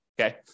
Okay